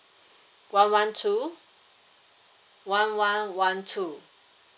one one two one one one two